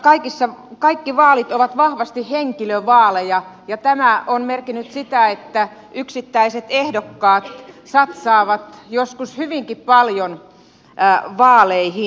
suomessa kaikki vaalit ovat vahvasti henkilövaaleja ja tämä on merkinnyt sitä että yksittäiset ehdokkaat satsaavat joskus hyvinkin paljon vaaleihin